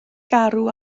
garw